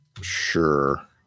sure